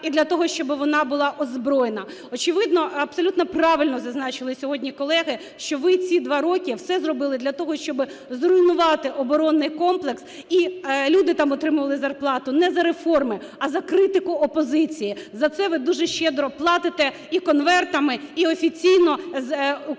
і для того, щоб вона була озброєна. Очевидно, абсолютно правильно зазначили сьогодні колеги, що ви ці два роки все зробили для того, щоби зруйнувати оборонний комплекс. І люди там отримували зарплату не за реформи, а за критику опозиції. За це ви дуже щедро платите, і конвертами, і офіційно з українського